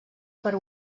per